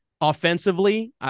offensively